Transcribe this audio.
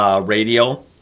radio